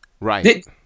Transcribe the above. Right